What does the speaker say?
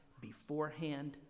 beforehand